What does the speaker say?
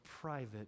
private